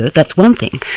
that's one thing,